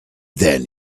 then